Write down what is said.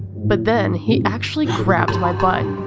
but then, he actually grabbed my butt!